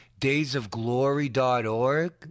daysofglory.org